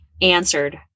answered